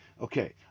okay